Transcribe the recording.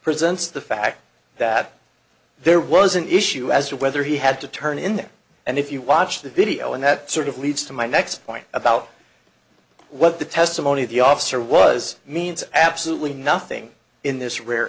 presents the fact that there was an issue as to whether he had to turn in there and if you watch the video and that sort of leads to my next point about what the testimony of the officer was means absolutely nothing in this rare